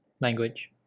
language